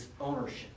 ownership